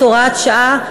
כך שמייד תתקיים ההצבעה.